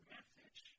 Message